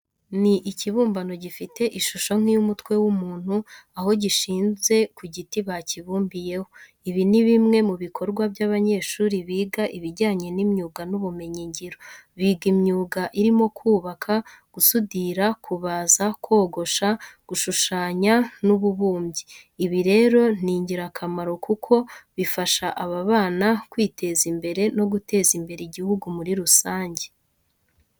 Ni ikibumbano gifite ishusho nk'iy'umutwe w'umuntu, aho gishinze ku giti bakibumbiyeho. Ibi ni bimwe mu bikorwa by'abanyeshuri biga ibijyanye n'imyuga n'ubumenyingiro. Biga imyuga irimo kubaka, gusudira, kubaza, kogosha, gushushanya n'ububumbyi. Ibi rero ni ingirakamaro kuko bifasha aba bana kwiteza imbere no guteza imbere igihugu muri rusange.